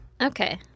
Okay